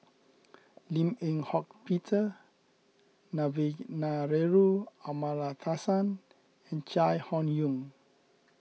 Lim Eng Hock Peter Amallathasan and Chai Hon Yoong